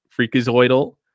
freakazoidal